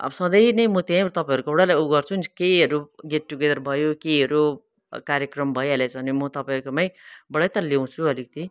अब सधैँ नै म त्यहीँ तपाईँहरूकोबाटै उ गर्छु नि केहीहरू गेटटुगेदर भयो केहीहरू कार्यक्रम भइहालेछ भने म तपाईँहरूकोमैबाटै त ल्याउँछु अलिकति